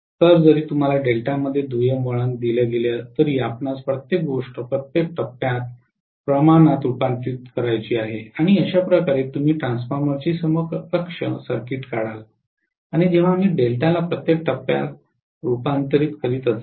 तर जरी तुम्हाला डेल्टामध्ये दुय्यम वळण दिलं गेलं तरी आपणास प्रत्येक गोष्ट प्रत्येक टप्प्यात प्रमाणात रूपांतरित करायची आहे आणि अशाप्रकारे तुम्ही ट्रान्सफॉर्मरची समकक्ष सर्किट काढाल आणि जेव्हा आम्ही डेल्टाला प्रत्येक टप्प्यात रुपांतरित करीत असाल